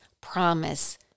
promise